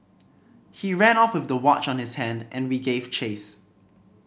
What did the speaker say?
he ran off with the watch on his hand and we gave chase